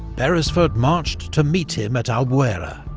beresford marched to meet him at albuera